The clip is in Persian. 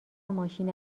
ماشین